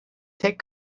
tek